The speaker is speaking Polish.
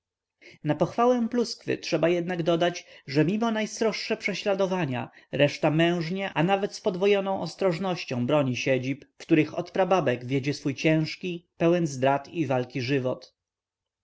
na pochwałę pluskwy trzeba jednak dodać że mimo najsroższe prześladowanie reszta mężnie a nawet z podwojoną ostrożnością broni siedzib w których od prababek wiedzie swój cięźki pełen zdrad i walki żywot